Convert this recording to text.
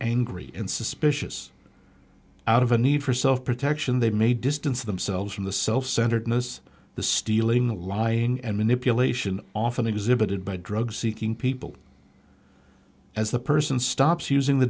angry and suspicious out of a need for self protection they may distance themselves from the self centeredness the stealing the lying and manipulation often exhibited by drug seeking people as the person stops using the